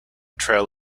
trail